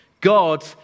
God